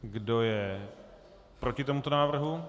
Kdo je proti tomuto návrhu?